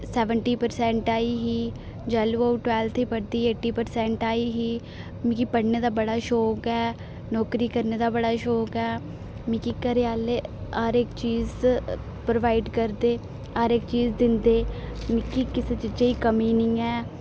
seventy percent आई ही जैह्लूं अ'ऊं ट्वैल्थ पढ़दी एटी परसैंट आई ही मिकी पढ़ने दा बड़ा शौंक ऐ नौकरी करने दा बड़ा शौक ऐ मिकी घरे आह्ले हर इक चीज प्रोवाइड करदे हर इक चीज दिंदे मिकी किसे चीजे दी कमी नेईं ऐ